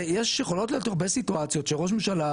יש יכולות להיות הרבה סיטואציות שראש ממשלה